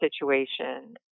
situation